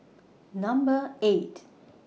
Number eight